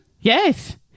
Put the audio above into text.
Yes